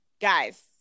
Guys